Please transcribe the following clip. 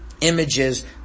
images